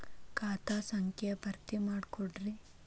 ಖಾತಾ ಸಂಖ್ಯಾ ಭರ್ತಿ ಮಾಡಿಕೊಡ್ರಿ